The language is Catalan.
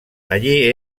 allí